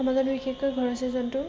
বিশেষকৈ ঘৰচীয়া জন্তু